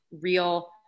real